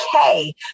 okay